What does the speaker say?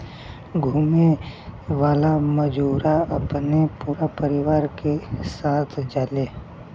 घुमे वाला मजूरा अपने पूरा परिवार के साथ जाले